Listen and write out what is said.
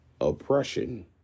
oppression